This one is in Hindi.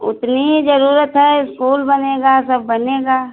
उतनी ही जरूरत है स्कूल बनेगा सब बनेगा